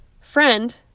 friend